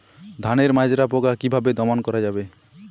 ধানের মাজরা পোকা কি ভাবে দমন করা যাবে?